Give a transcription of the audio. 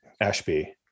Ashby